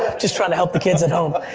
just trying to help the kids at home.